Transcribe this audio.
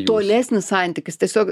tolesnis santykis tiesiog